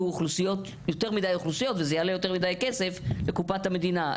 יותר מדי אוכלוסיות וזה יעלה יותר מדי כסף לקופת המדינה,